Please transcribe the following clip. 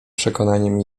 przekonaniem